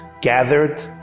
gathered